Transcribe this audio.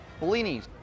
Bellinis